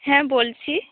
হ্যাঁ বলছি